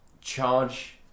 charge